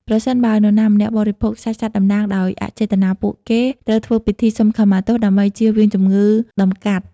ប្រសិនបើនរណាម្នាក់បរិភោគសាច់សត្វតំណាងដោយអចេតនា ពួកគេត្រូវធ្វើពិធីសុំខមាទោសដើម្បីជៀសវាងជំងឺតម្កាត់។